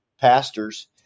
pastors